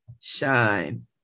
shine